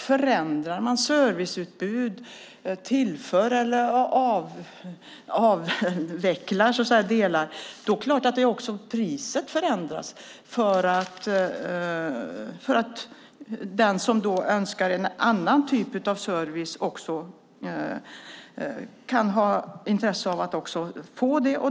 Förändrar man serviceutbud, tillför eller avvecklar delar, förändras självklart priset. Den som önskar en annan typ av service är beredd att betala för det.